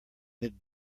mid